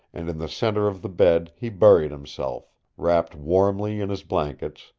and in the center of the bed he buried himself, wrapped warmly in his blankets,